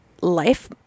Life